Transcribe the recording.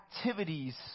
activities